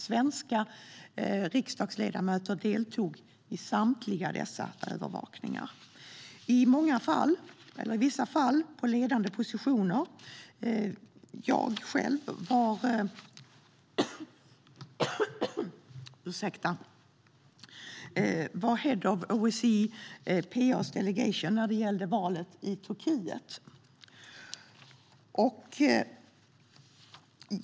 Svenska riksdagsledamöter deltog i samtliga av dessa, i vissa fall på ledande positioner. Själv var jag head of OSCE PA:s delegation vid valet i Turkiet.